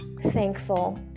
thankful